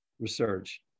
research